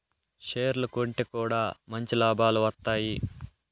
షేర్లు కొంటె కూడా మంచి లాభాలు వత్తాయి